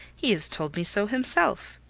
he has told me so himself.